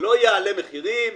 לא יעלה מחירים.